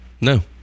No